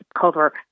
cover